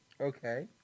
Okay